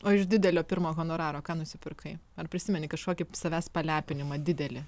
o iš didelio pirmo honoraro ką nusipirkai ar prisimeni kažkokį savęs palepinimą didelį